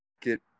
get